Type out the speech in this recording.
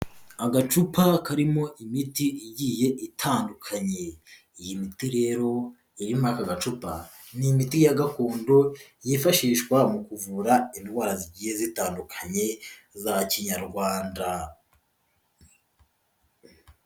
Agacupa karimo imiti igiye itandukanye. Iyi miti rere iri muri aka gacupa ni imiti ya gakondo yifashishwa mu kuvura indwara zigiye zitandukanye za kinyarwanda.